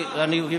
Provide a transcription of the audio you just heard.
אני, אני,